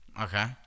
Okay